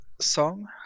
song